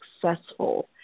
successful